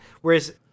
whereas